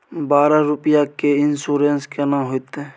बारह रुपिया के इन्सुरेंस केना होतै?